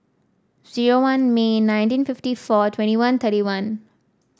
zero one May nineteen fifty four twenty one thirty one